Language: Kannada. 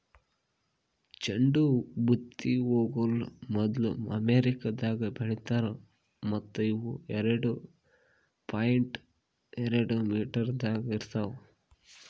ಚಂಡು ಬುತ್ತಿ ಹೂಗೊಳ್ ಮೊದ್ಲು ಅಮೆರಿಕದಾಗ್ ಬೆಳಿತಾರ್ ಮತ್ತ ಇವು ಎರಡು ಪಾಯಿಂಟ್ ಎರಡು ಮೀಟರದಾಗ್ ಇರ್ತಾವ್